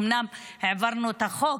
אומנם העברנו את החוק,